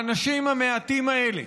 האנשים המעטים האלה